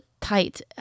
tight